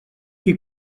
qui